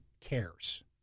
cares